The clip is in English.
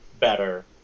better